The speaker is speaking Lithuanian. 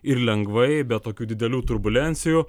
ir lengvai be tokių didelių turbulencijų